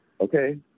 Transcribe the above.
okay